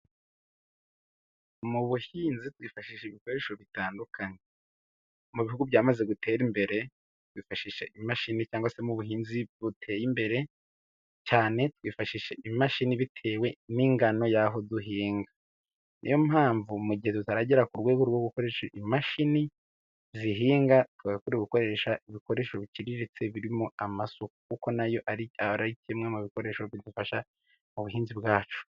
Mu buhinzi twifashisha ibikoresho bitandukanye, mu bihugu byamaze gutera imbere byifashisha imashini, cyangwa se ubuhinzi buteye imbere cyane, bwifashisha imashini bitewe n'ingano y'aho duhinga, niyo mpamvu mu gihe tutaragera ku rwego rwo gukoresha imashini zihinga, dukoresha ibikoresho biciriritse birimo: amasuku. Kuko nayo ari kimwe mu bikoresho bidufasha mu buhinzi bwacu.